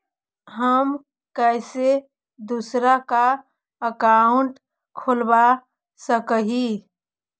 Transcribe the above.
हम कैसे दूसरा का अकाउंट खोलबा सकी ही?